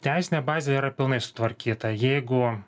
teisinė bazė yra pilnai sutvarkyta jeigu